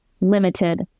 limited